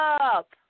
up